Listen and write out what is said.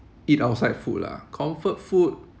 eat outside food lah comfort food